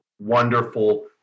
wonderful